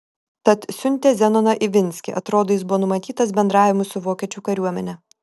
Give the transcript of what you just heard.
tad siuntė zenoną ivinskį atrodo jis buvo numatytas bendravimui su vokiečių kariuomene